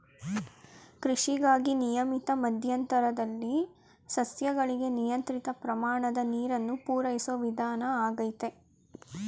ಕೃಷಿಗಾಗಿ ನಿಯಮಿತ ಮಧ್ಯಂತರದಲ್ಲಿ ಸಸ್ಯಗಳಿಗೆ ನಿಯಂತ್ರಿತ ಪ್ರಮಾಣದ ನೀರನ್ನು ಪೂರೈಸೋ ವಿಧಾನ ಆಗೈತೆ